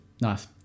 Nice